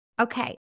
Okay